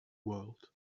world